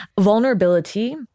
Vulnerability